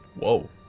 whoa